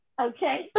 Okay